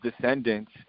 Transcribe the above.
descendants